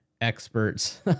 Experts